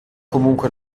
comunque